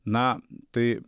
na tai